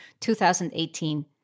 2018